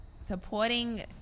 supporting